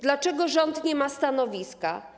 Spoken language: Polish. Dlaczego rząd nie ma stanowiska?